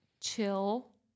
chill